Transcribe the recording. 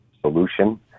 solution